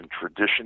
tradition